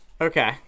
Okay